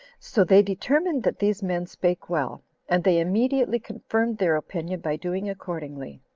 so they determined that these men spake well and they immediately confirmed their opinion by doing accordingly.